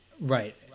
Right